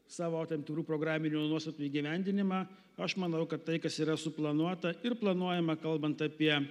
savo tam tikrų programinių nuostatų įgyvendinimą aš manau kad tai kas yra suplanuota ir planuojama kalbant apie